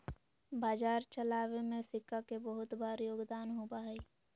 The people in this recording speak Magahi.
बाजार चलावे में सिक्का के बहुत बार योगदान होबा हई